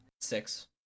Six